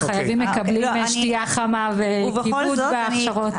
המשתתפים מקבלים שתייה חמה וכיבוד בהכשרות.